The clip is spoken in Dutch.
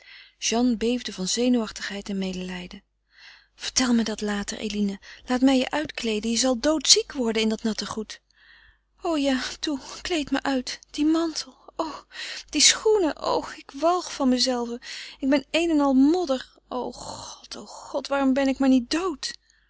jeanne beefde van zenuwachtigheid en medelijden vertel mij dat later eline laat mij je uitkleeden je zal doodziek worden in dat natte goed o ja toe kleed me uit die mantel oh die schoenen oh ik walg van mezelve ik ben een en al modder o god o god waarom ben ik maar niet dood